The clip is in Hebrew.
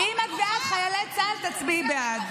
אם את בעד, תצביעי בעד.